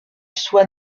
soi